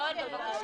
יואל פלדשו, בבקשה.